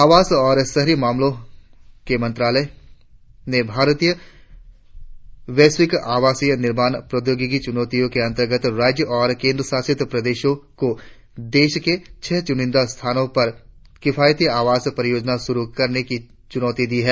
आवास और शहरी मामलों के मंत्रालय ने भारतीय वैश्विक आवासीय निर्माण प्रौद्योगिकी चुनौती के अंतर्गत राज्यों और केंद्रशासित प्रदेशों को देश के छह चुनिंदा स्थानों पर किफायती आवास परियोजना शुरु करने की चुनौती दी है